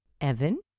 Evan